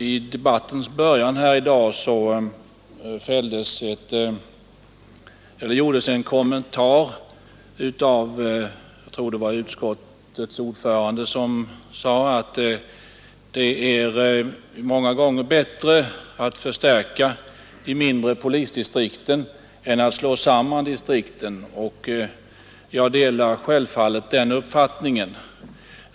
I debattens början gjordes en kommentar av utskottets ordförande, som sade att det många gånger är bättre att förstärka de mindre polisdistrikten än att slå samman distrikten. Jag delar helt denna uppfattning.